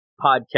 podcast